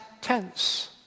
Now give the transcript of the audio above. tense